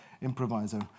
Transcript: improviser